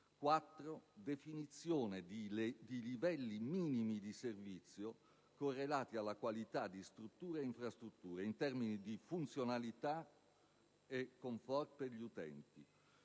definizione di livelli minimi di servizio correlati alla qualità di strutture e infrastrutture in termini di funzionalità e *comfort* per gli utenti;